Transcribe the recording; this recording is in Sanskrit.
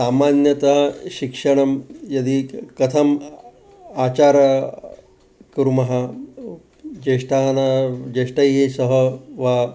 सामान्यतः शिक्षणं यदि कथम् आचारः कुर्मः ज्येष्ठानां ज्येष्ठैः सह वा